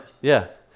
Yes